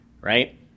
right